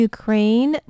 Ukraine